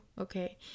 okay